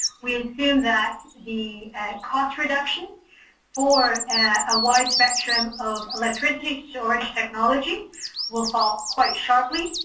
we've seen that the cost reduction for a wide spectrum of electricity storage technology will fall quite sharply,